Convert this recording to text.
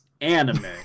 anime